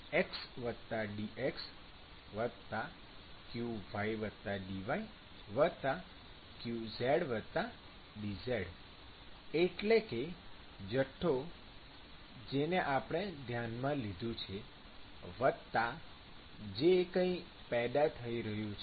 qxdx qydy qzdy એટલે કે જથ્થો જેને આપણે ધ્યાનમાં લીધું છે વત્તા જે કઈ પેદા થઈ રહ્યું છે